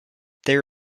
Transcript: there